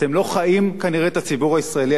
אתם לא חיים כנראה את הציבור הישראלי,